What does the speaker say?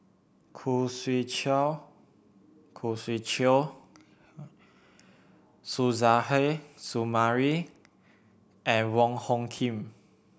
Khoo Swee Chiow Khoo Swee Chiow Suzairhe Sumari and Wong Hung Khim